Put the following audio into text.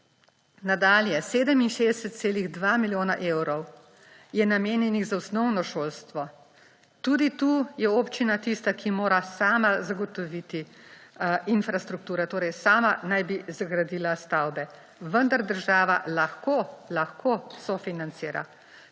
Nadalje. 67,2 milijona evrov je namenjenih za osnovno šolstvo. Tudi tukaj je občina tista, ki mora sama zgotoviti infrastrukturo. Torej, sama naj bi zgradila stavbe, vendar država lahko – lahko – sofinancira.